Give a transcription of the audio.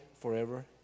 forever